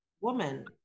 woman